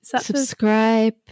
subscribe